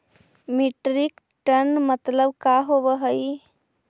Metric ton मतलब का होव हइ?